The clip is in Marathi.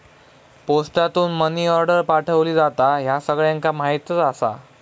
पोस्टासून मनी आर्डर पाठवली जाता, ह्या सगळ्यांका माहीतच आसा